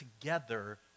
together